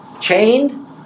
chained